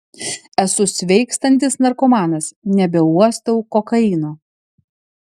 esu sveikstantis narkomanas nebeuostau kokaino